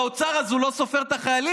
כשהוא באוצר אז הוא לא סופר את החיילים?